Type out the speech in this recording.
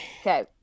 Okay